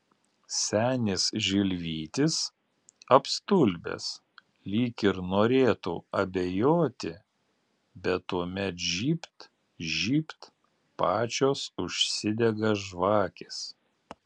senis žilvytis apstulbęs lyg ir norėtų abejoti bet tuomet žybt žybt pačios užsidega žvakės